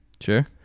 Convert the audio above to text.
Sure